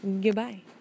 Goodbye